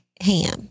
ham